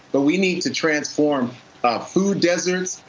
but we need to transform ah food deserts.